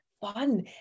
fun